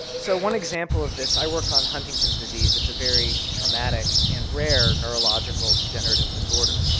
so one example of this i work on huntington's disease, it's a very traumatic and rare neurological degenerative disorder.